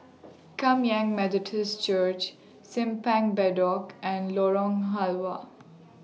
Kum Yan Methodist Church Simpang Bedok and Lorong Halwa